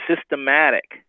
systematic